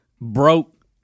broke